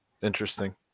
interesting